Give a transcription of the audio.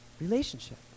relationship